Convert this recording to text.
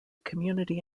community